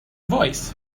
voice